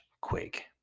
quick